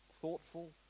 thoughtful